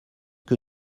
que